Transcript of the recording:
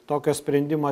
tokio sprendimo